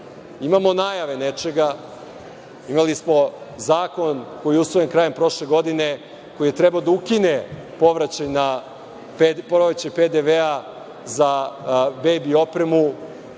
Imamo najave nečega, imali smo zakon koji je usvojen krajem prošle godine, koji je trebao da ukine povraćaj PDV-a za bebi opremu,